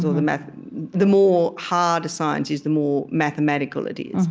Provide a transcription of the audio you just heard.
the more the more hard a science is, the more mathematical it is.